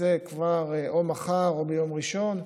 יצא כבר או מחר או ביום ראשון.